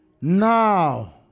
Now